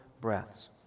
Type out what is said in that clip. breaths